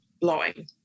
blowing